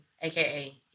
aka